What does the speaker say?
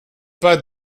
pas